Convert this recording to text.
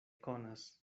konas